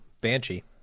Banshee